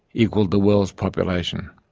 equalled the world's population.